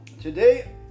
Today